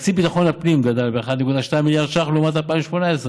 תקציב ביטחון הפנים גדל בכ-1.2 מיליארד ש"ח לעומת 2018,